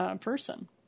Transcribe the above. person